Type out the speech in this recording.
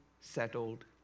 settled